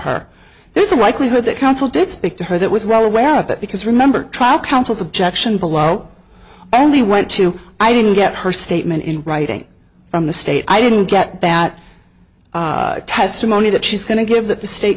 her there's a likelihood that counsel did speak to her that was well aware of it because remember trial counsel's objection below only went to i didn't get her statement in writing from the state i didn't get that testimony that she's going to give that the state